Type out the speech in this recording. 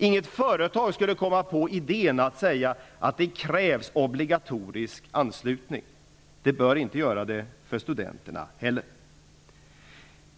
Inget företag skulle komma på idén att kräva obligatorisk anslutning. Det bör inte krävas av studenterna heller.